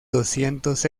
doscientos